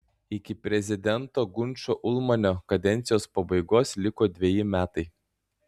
iki prezidento gunčio ulmanio kadencijos pabaigos liko dveji metai